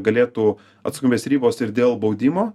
galėtų atsakomybės ribos ir dėl baudimo